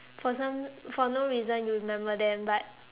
for some for no reason you remember them but